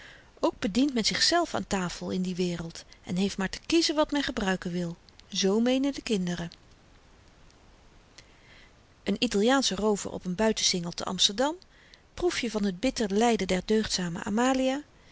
ook bedient men zichzelf aan tafel in die wereld en heeft maar te kiezen wat men gebruiken wil zoo meenen de kinderen een italiaansche roover op n buitensingel te amsterdam proefje van t bitter lyden der deugdzame amalia